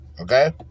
Okay